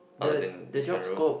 uh as in in general